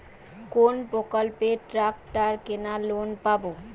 কোন প্রকল্পে ট্রাকটার কেনার লোন পাব?